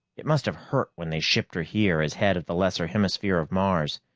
it must have hurt when they shipped her here as head of the lesser hemisphere of mars.